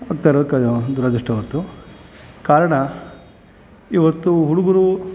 ಆಗ್ತಾಯಿರೋದು ದುರದೃಷ್ಟ ಇವತ್ತು ಕಾರಣ ಇವತ್ತು ಹುಡುಗರು